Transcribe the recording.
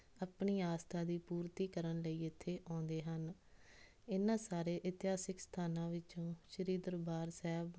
ਆਪਣੀ ਆਸਥਾ ਦੀ ਪੂਰਤੀ ਕਰਨ ਲਈ ਇੱਥੇ ਆਉਂਦੇ ਹਨ ਇਹਨਾਂ ਸਾਰੇ ਇਤਿਹਾਸਿਕ ਸਥਾਨਾਂ ਵਿੱਚੋਂ ਸ਼੍ਰੀ ਦਰਬਾਰ ਸਾਹਿਬ